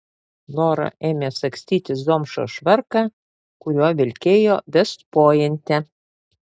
lora ėmė sagstytis zomšos švarką kuriuo vilkėjo vest pointe